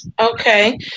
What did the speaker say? okay